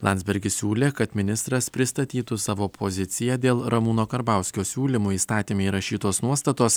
landsbergis siūlė kad ministras pristatytų savo poziciją dėl ramūno karbauskio siūlymu įstatyme įrašytos nuostatos